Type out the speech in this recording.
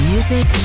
Music